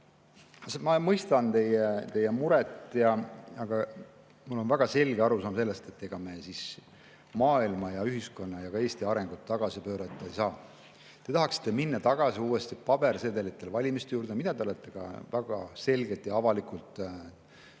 Ma mõistan teie muret, aga mul on väga selge arusaam sellest, et me maailma, ühiskonna ja ka Eesti arengut tagasi pöörata ei saa. Te tahaksite minna tagasi pabersedelitel valimiste juurde, mida te olete ka väga selgelt ja avalikult öelnud.